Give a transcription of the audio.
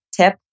tip